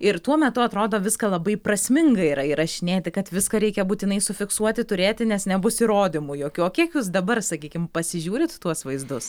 ir tuo metu atrodo viską labai prasminga yra įrašinėti kad viską reikia būtinai su fiksuoti turėti nes nebus įrodymų jokių o kiek jūs dabar sakykim pasižiūrit tuos vaizdus